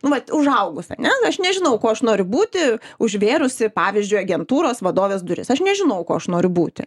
vat užaugus ane aš nežinau kuo aš noriu būti užvėrusi pavyzdžiui agentūros vadovės duris aš nežinojau kuo aš noriu būti